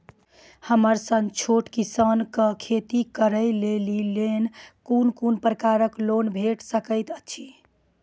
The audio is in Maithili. हमर सन छोट किसान कअ खेती करै लेली लेल कून कून प्रकारक लोन भेट सकैत अछि?